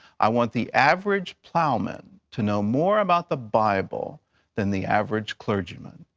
i want the average plowman to know more about the bible than the average clergyman.